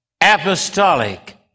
apostolic